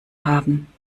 haben